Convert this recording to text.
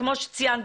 כמו שציינת,